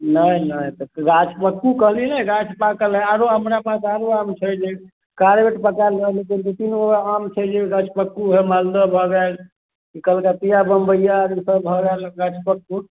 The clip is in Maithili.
नहि नहि तऽ गछपक्कू कहली ने गाछ पाकल हइ आओर अपना पास आओर आम छै जे कार्बेट पकाएल दुइ तीन बोरा आम छैहे गछपक्कू हइ मालदह भऽ गेल कलकतिआ बम्बइआ ईसब भऽ गेल गछपक्कू